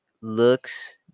looks